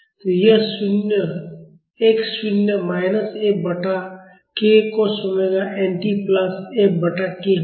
तो यह xशून्य माइनस F बटा k cos omega n t plus F बटा k होगा